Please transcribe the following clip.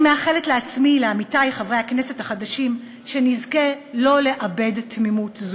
אני מאחלת לעצמי ולעמיתי חברי הכנסת החדשים שנזכה לא לאבד תמימות זו.